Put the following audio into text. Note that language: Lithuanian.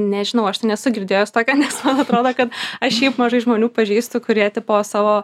nežinau aš tai nesu girdėjus tokio nes man atrodo kad aš šiaip mažai žmonių pažįstu kurie tipo savo